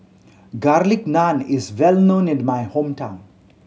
Garlic Naan is well known in my hometown